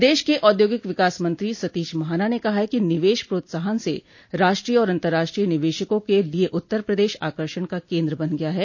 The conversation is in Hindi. प्रदेश के औद्योगिक विकास मंत्री सतीश महाना ने कहा है कि निवेश प्रोत्साहन से राष्ट्रीय और अतंर्राष्ट्रीय निवेशकों के लिये उत्तर प्रदेश आकर्षण का केन्द्र बन गया है